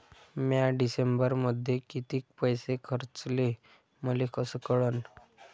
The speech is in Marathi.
म्या डिसेंबरमध्ये कितीक पैसे खर्चले मले कस कळन?